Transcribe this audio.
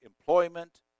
employment